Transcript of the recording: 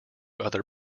other